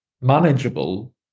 manageable